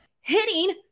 hitting